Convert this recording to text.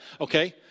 Okay